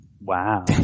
Wow